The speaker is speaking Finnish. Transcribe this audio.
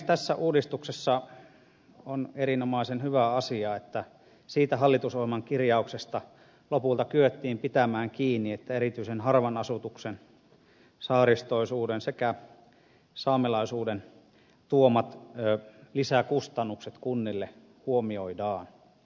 tässä uudistuksessa on erinomaisen hyvä asia että siitä hallitusohjelman kirjauksesta lopulta kyettiin pitämään kiinni että erityisen harvan asutuksen saaristo osuuden sekä saamelaisuuden tuomat lisäkustannukset kunnille huomioidaan